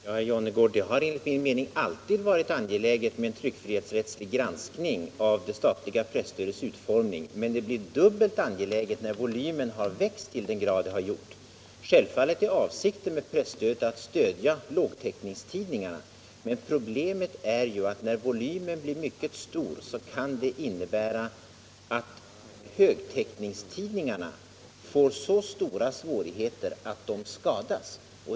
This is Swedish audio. Herr talman! Det har, herr Jonnergård, enligt min mening alltid varit angeläget med en tryckfrihetsrättslig granskning av det statliga presstödets utformning, men det blir dubbelt angeläget när volymen har växt till den grad som den gjort. Självfallet är avsikten med presstödet att stödja lågtäckningstidningarna, men problemet är ju att när volymen blir mycket stor kan högtäckningstidningarna få så stora svårigheter att de skadas.